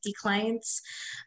clients